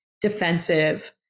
defensive